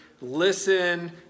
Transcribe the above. listen